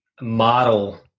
model